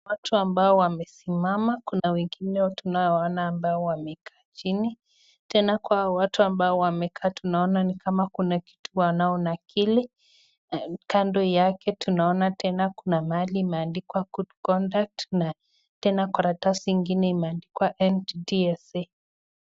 Watu ambao wamesimama, kuna wengine tunaowaona ambao wamekaa chini. Tena kwa hawa watu ambao wamekaa tunaona ni kama kuna kitu wanaonakili. Kando yake tunaona tena kuna mahali imeandikwa good conduct na tena karatasi ingine imeandikwa NTSA